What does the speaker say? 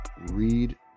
read